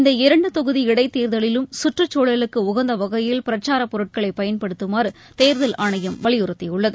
இந்த இரண்டு தொகுதி இடைத் தேர்தலிலும் கற்றுச்சூழலுக்கு உகந்த வகையில் பிரச்சாரப் பொருட்களை பயன்படுத்தமாறு தேர்தல் ஆணையம் வலியறுத்தியுள்ளது